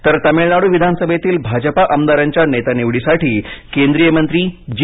तर तमिळनाड् विधानसभेतील भाजपा आमदारांच्या नेता निवडीसाठी केंद्रीय मंत्री जी